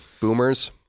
boomers